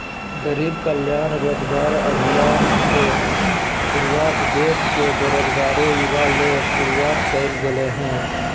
गरीब कल्याण रोजगार अभियान के शुरुआत देश के बेरोजगार युवा ले शुरुआत करल गेलय हल